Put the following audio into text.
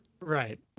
Right